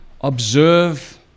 observe